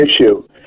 issue